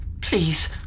please